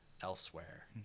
elsewhere